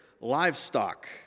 livestock